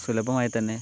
സുലഭമായി തന്നെ